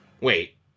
Wait